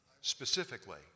Specifically